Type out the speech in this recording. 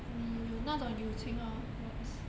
你有那种友情 hor like is